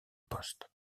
poste